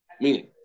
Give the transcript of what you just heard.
Meaning